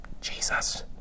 Jesus